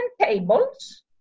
tables